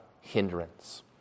hindrance